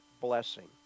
blessing